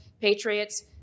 Patriots